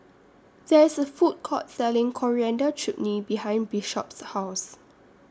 There IS A Food Court Selling Coriander Chutney behind Bishop's House